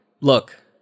look